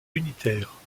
unitaire